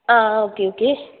ആ okay okay